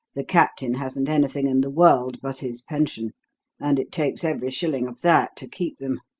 the captain hasn't anything in the world but his pension and it takes every shilling of that to keep them.